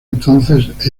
entonces